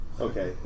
Okay